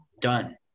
done